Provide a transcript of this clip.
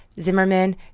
Zimmerman